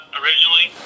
originally